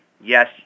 Yes